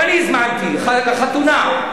גם אני הזמנתי, חתונה.